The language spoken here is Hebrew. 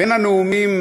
בין הנאומים,